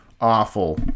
Awful